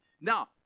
Now